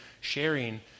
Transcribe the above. sharing